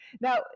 Now